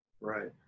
Right